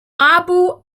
abu